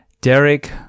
Derek